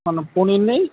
কেন পনির নেই